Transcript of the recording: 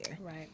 Right